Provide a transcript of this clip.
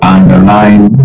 underline